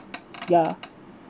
ya